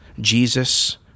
Jesus